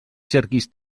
cerquis